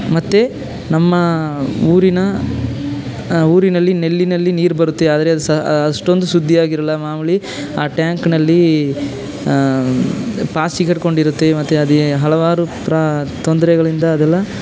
ಮತ್ತು ನಮ್ಮ ಊರಿನ ಊರಿನಲ್ಲಿ ನಲ್ಲಿನಲ್ಲಿ ನೀರು ಬರುತ್ತೆ ಆದರೆ ಅದು ಸಹ ಅಷ್ಟೊಂದು ಶುದ್ಧಿಯಾಗಿರೋಲ್ಲ ಮಾಮೂಲಿ ಆ ಟ್ಯಾಂಕ್ನಲ್ಲಿ ಪಾಚಿ ಗೀರ್ಕೊಂಡಿರುತ್ತೆ ಮತ್ತು ಅದು ಹಲವಾರು ಪ್ರಾ ತೊಂದರೆಗಳಿಂದ ಅದೆಲ್ಲ